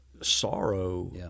sorrow